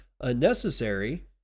unnecessary